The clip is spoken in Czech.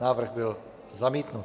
Návrh byl zamítnut.